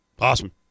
Awesome